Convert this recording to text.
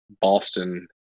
Boston